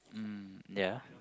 um ya